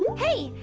hey,